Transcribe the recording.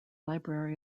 library